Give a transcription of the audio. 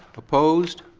opposed?